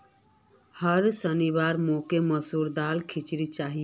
होर शनिवार मोक मसूर दालेर खिचड़ी चाहिए